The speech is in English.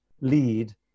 lead